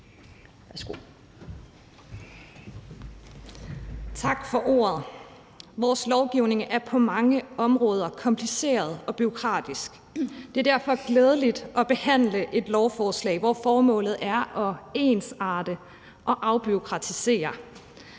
Tak for ordet. Vores lovgivning er på mange områder kompliceret og bureaukratisk. Det er derfor glædeligt at behandle et lovforslag, hvor formålet er at ensarte og afbureaukratisere.